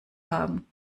haben